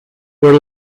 were